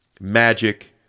Magic